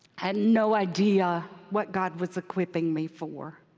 had no idea what god was equipping me for.